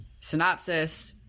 synopsis